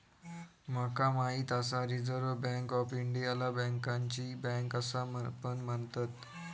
माका माहित आसा रिझर्व्ह बँक ऑफ इंडियाला बँकांची बँक असा पण म्हणतत